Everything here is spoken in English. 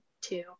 two